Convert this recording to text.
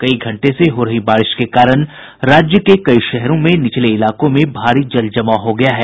कई घंटे से हो रही बारिश के कारण राज्य के कई शहरों में निचले इलाकों में भारी जल जमाव हो गया है